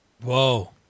Whoa